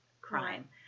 crime